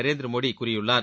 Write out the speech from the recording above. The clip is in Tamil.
நரேந்திரமோடி கூறியுள்ளார்